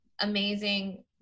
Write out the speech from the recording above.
amazing